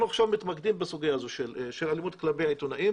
עכשיו מתמקדים בסוגיה של אלימות כלפי עיתונאים,